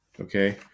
Okay